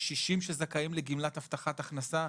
קשישים שזכאים לגימלת הבטחת הכנסה,